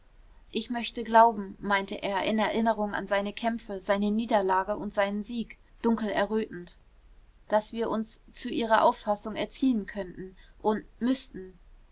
ich möchte glauben meinte er in erinnerung an seine kämpfe seine niederlage und seinen sieg dunkel errötend daß wir uns zu ihrer auffassung erziehen könnten und müßten